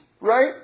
right